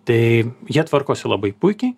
tai jie tvarkosi labai puikiai